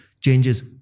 changes